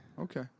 Okay